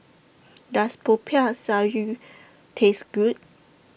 Does Popiah Sayur Taste Good